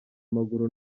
amaguru